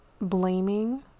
blaming